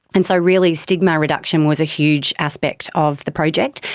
and so really stigma reduction was a huge aspect of the project.